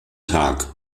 tag